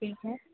ठीक है